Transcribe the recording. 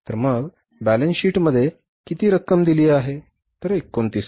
तर मग बॅलन्स शीटमध्ये किती रक्कम दिली आहे तर 29000